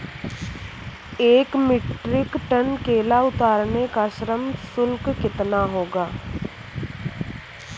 एक metric tonne केला उतारने का श्रम शुल्क कितना होगा?